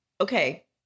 Okay